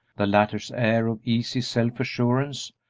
the latter's air of easy self-assurance,